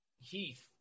Heath